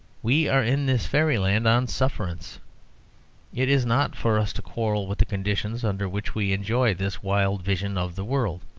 we are in this fairyland on sufferance it is not for us to quarrel with the conditions under which we enjoy this wild vision of the world.